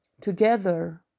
together